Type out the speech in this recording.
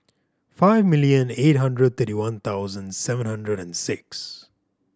five million eight hundred thirty one thousand seven hundred and six